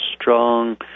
strong